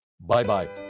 Bye-bye